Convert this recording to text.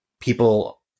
people